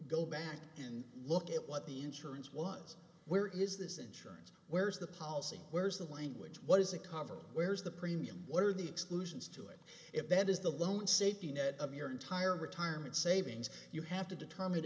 go back and look at what the insurance was where is this insurance where's the policy where's the language what is a cover where's the premium what are the exclusions to it if that is the lone safety net of your entire retirement savings you have to determine